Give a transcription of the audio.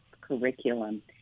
curriculum